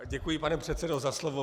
Děkuji, pane předsedo, za slovo.